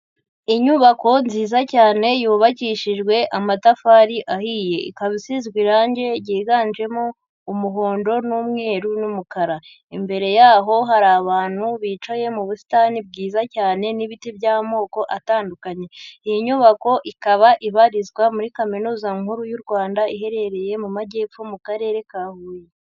Inyubako nziza cyane yubakishijwe amatafari ahiye, ikaba isizwe irangi ryiganjemo umuhondo n'umweru n'umukara, imbere yaho hari abantu bicaye mu busitani bwiza cyane n'ibiti by'amoko atandukanye, iyi nyubako ikaba ibarizwa muri kaminuza nkuru y'u rwanda iherereye mu majyepfo mu karere ka huye.